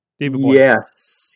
Yes